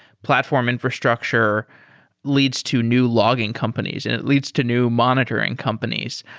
platform infrastructure leads to new logging companies and it leads to new monitoring companies,